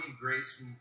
Grace